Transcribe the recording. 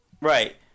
Right